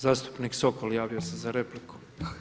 Zastupnik Sokol javio se za repliku.